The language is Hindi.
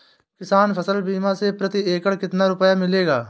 किसान फसल बीमा से प्रति एकड़ कितना रुपया मिलेगा?